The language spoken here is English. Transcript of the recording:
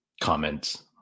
comments